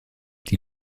die